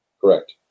Correct